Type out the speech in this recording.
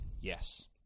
Yes